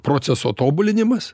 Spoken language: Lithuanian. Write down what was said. proceso tobulinimas